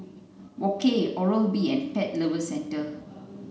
Wok Hey Oral B and Pet Lovers Centre